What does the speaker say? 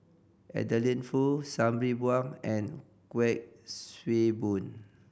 Adeline Foo Sabri Buang and Kuik Swee Boon